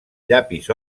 llapis